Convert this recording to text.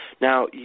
Now